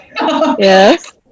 Yes